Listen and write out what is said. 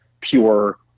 pure